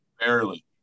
Barely